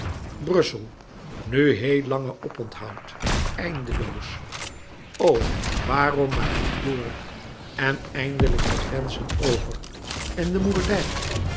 brussel nu heel lange oponthoud eindeloos o waarom maar niet door en eindelijk de grenzen over en de moerdijk